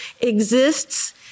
exists